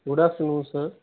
good after noon sir